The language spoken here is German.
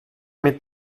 mit